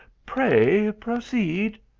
pray proceed.